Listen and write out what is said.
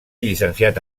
llicenciat